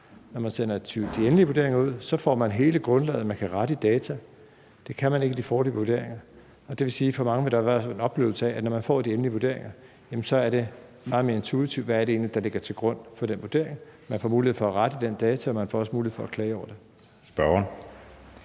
Når man sender de endelige vurderinger ud, får man hele grundlaget, og man kan rette i data. Det kan man ikke i de foreløbige vurderinger, og det vil sige, at for mange vil der være en oplevelse af, at når man får de endelige vurderinger, så er det meget mere intuitivt, hvad det egentlig er, der ligger til grund for den vurdering. Man får mulighed for at rette i de data, og man får også mulighed for at klage over det.